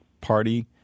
Party